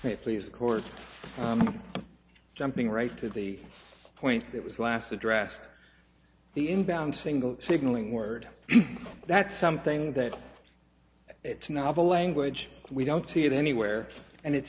you please of course jumping right to the point that was last addressed the inbound single signaling word that something that it's not a language we don't see it anywhere and it